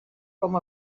com